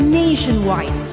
nationwide